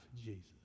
Jesus